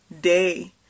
day